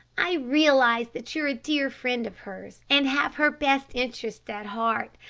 i realise that you're a dear friend of hers and have her best interests at heart.